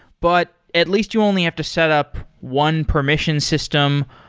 but at least you only have to set up one permission system,